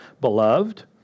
Beloved